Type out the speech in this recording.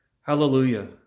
Hallelujah